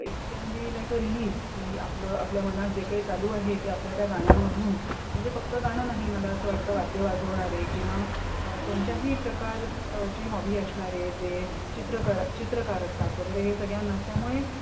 it can be like a release की आपलं आपल्या मनात जे काही चालू आहे ते आपल्या त्या गाण्यामधून म्हणजे फक्त गाणं नाही मला असं वाटतं वाद्य वाजवणारे किंवा कोणत्याही प्रकार ची हॉबी असणारे जे चित्रकर चित्रकार असतात वगैरे हे सगळ्यांनाच त्यामुळे